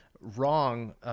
wrong